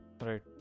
Right